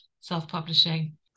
self-publishing